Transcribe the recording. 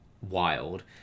wild